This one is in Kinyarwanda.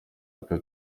aka